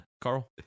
Carl